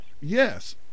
yes